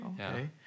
Okay